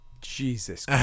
Jesus